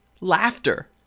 laughter